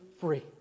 free